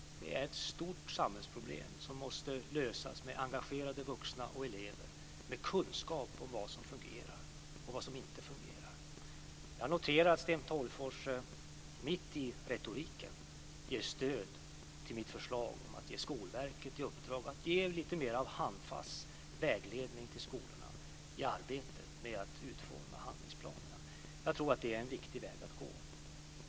Det är ett stort samhällsproblem som måste lösas med engagerade vuxna och elever och med kunskap om vad som fungerar och vad som inte fungerar. Jag noterar att Sten Tolgfors mitt i retoriken ger sitt stöd till mitt förslag om att ge Skolverket i uppdrag att ge lite mer handfast vägledning till skolorna i arbetet med att utforma handlingsplanerna. Jag tror att det är en viktig väg att gå.